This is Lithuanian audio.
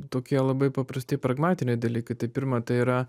tokie labai paprasti pragmatiniai dalykai tai pirma tai yra